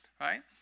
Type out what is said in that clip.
right